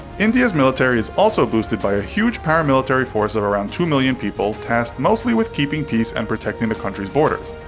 india's military is also boosted by a huge paramilitary force of around two million people, tasked mostly with keeping peace and protecting the country's borders.